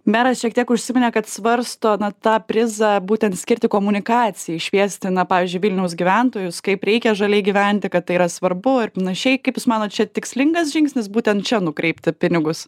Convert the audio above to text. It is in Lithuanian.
meras šiek tiek užsiminė kad svarsto na tą prizą būtent skirti komunikacijai šviesti na pavyzdžiui vilniaus gyventojus kaip reikia žaliai gyventi kad tai yra svarbu ir panašiai kaip jūs manot čia tikslingas žingsnis būtent čia nukreipti pinigus